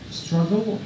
struggle